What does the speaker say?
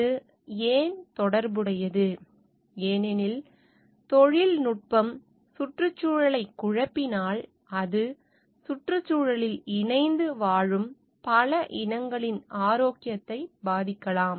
அது ஏன் தொடர்புடையது ஏனெனில் தொழில்நுட்பம் சுற்றுச்சூழலைக் குழப்பினால் அது சுற்றுச்சூழலில் இணைந்து வாழும் பல இனங்களின் ஆரோக்கியத்தை பாதிக்கலாம்